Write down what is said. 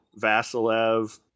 Vasilev